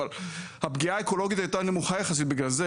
אבל הפגיעה האקולוגית הייתה נמוכה יחסית בגלל זה.